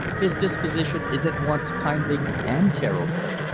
his disposition is at once kindly and terrible.